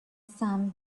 sun